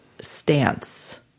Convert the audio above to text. stance